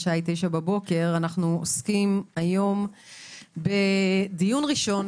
שעה 09:00. אנו עוסקים היום בדיון ראשון